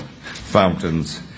fountains